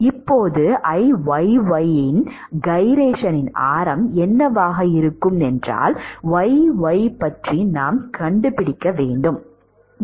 இப்போது Iyy ஐய்யின் கைரேஷனின் ஆரம் என்னவாக இருக்கும் என்றால் y y பற்றி நாம் கண்டுபிடிக்க வேண்டும் சரி